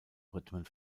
rhythmen